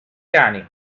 cani